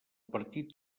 partit